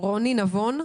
רוני נבון,